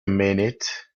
minute